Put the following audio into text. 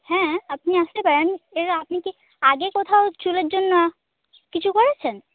হ্যাঁ আপনি আসতেই পারেন এর আপনি কি আগে কোথাও চুলের জন্য কিছু করেছেন